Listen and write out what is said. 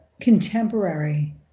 contemporary